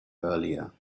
earlier